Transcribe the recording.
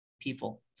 people